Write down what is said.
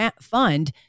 fund